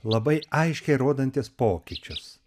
labai aiškiai rodantis pokyčius